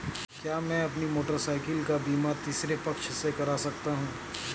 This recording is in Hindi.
क्या मैं अपनी मोटरसाइकिल का बीमा तीसरे पक्ष से करा सकता हूँ?